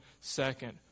second